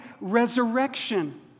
resurrection